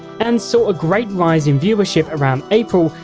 and saw a great rise in viewership around april,